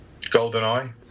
GoldenEye